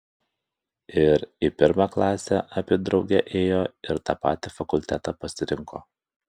ir į pirmą klasę abi drauge ėjo ir tą patį fakultetą pasirinko